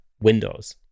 windows